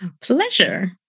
Pleasure